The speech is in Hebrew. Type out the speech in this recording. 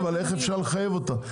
אבל איך אפשר לחייב אותם?